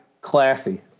classy